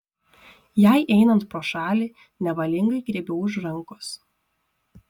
jai einant pro šalį nevalingai griebiu už rankos